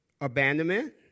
abandonment